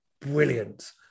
brilliant